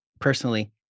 personally